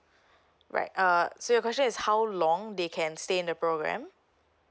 right uh so your question is how long they can stay in the program